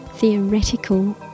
theoretical